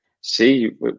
see